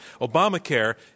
Obamacare